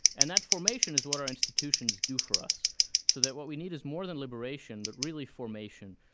and that formation is what our institutions do for us so that what we need is more than liberation, but really formation.